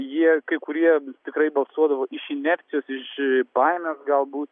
jie kai kurie tikrai balsuodavo iš inercijos iš baimės galbūt